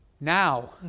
now